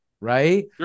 Right